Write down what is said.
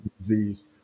disease